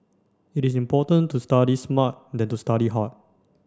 it is important to study smart than to study hard